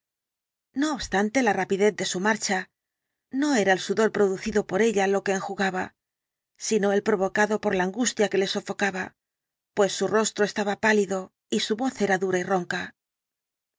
no obstante la rapidez de su marcha no era el sudor producido por ella lo que enjugaba sino el provocado por la angustia que le sofocaba pues su rostro estaba pálido y su voz era dura y ronca